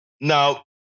Now